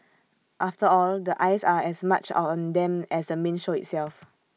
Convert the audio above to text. after all the eyes are as much are on them as the main show itself